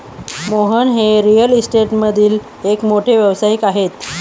मोहन हे रिअल इस्टेटमधील एक मोठे व्यावसायिक आहेत